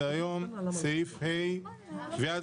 בוקר טוב.